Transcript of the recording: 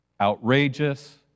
outrageous